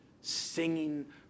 singing